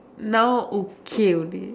now okay only